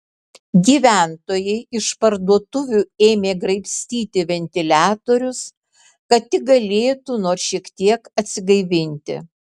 gyventojai iš parduotuvių ėmė graibstyti ventiliatorius kad tik galėtų nors šiek tiek atsigaivinti